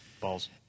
Balls